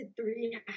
three